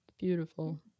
beautiful